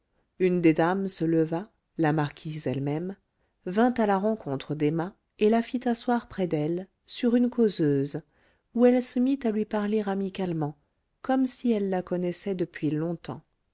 une des dames se leva la marquise elle-même vint à la rencontre d'emma et la fit asseoir près d'elle sur une causeuse où elle se mit à lui parler amicalement comme si elle la connaissait depuis longtemps